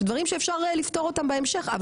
שדברים שאפשר לפתור אותם בהמשך.